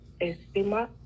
estima